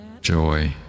joy